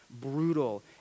brutal